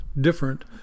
different